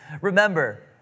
Remember